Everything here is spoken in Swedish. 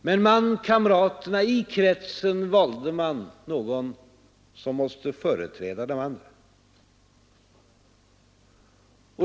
Men bland kamraterna i kretsen valde man någon som måste företräda de andra.